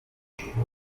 rubyagira